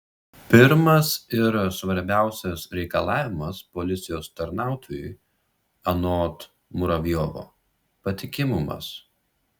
pirmas ir svarbiausias reikalavimas policijos tarnautojui anot muravjovo patikimumas